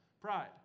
Pride